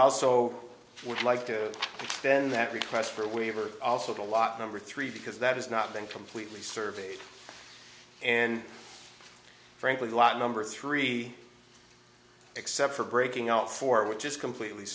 also would like to extend that request for a waiver also to a lot number three because that has not been completely surveyed and frankly a lot number three except for breaking out for which is completely